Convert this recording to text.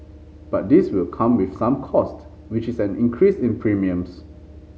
but this will come with some cost which is an increase in premiums